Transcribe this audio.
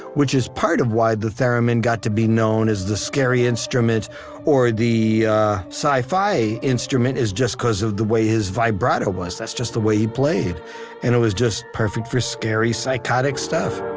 which is part of why the theremin got to be known as the scary instrument or the sci-fi instrument, is just because of the way his vibrato was. that's just the way he played, and it was just perfect for his scary, psychotic stuff